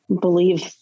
believe